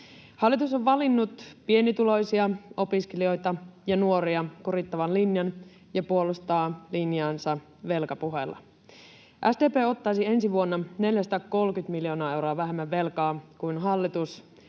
Hallitus on valinnut pienituloisia, opiskelijoita ja nuoria kurittavan linjan ja puolustaa linjaansa velkapuheilla. SDP ottaisi ensi vuonna 430 miljoonaa euroa vähemmän velkaa kuin hallitus.